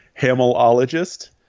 Hamillologist